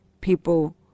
people